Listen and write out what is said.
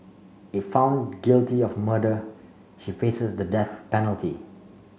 if found guilty of murder she faces the death penalty